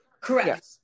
correct